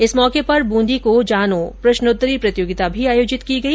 इस मौके पर बूंदी को जानो प्रश्नोत्तरी प्रतियोगिता आयोजित की गई